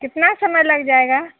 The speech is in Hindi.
कितना समय लग जाएगा